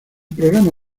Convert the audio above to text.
programa